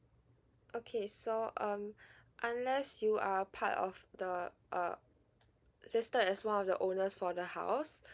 okay so um unless you are part of the uh listed as one of the owners for the house